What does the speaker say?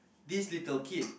this little kid